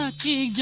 ah key